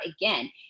again